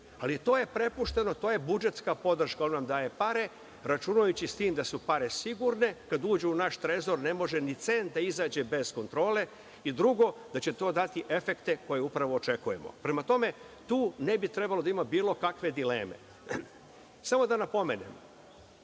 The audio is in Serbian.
Ali, to je prepušteno, to je budžetska podrška, ona nam daje pare, računajući s tim da su pare sigurne kad uđu u naš trezor, ne može ni cent da izađe bez kontrole i drugo, da će to dati efekte koje upravo očekujemo. Prema tome, tu ne bi trebalo da ima bilo kakve dileme. Samo da napomenem,